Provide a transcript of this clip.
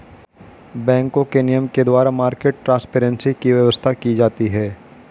बैंकों के नियम के द्वारा मार्केट ट्रांसपेरेंसी की व्यवस्था की जाती है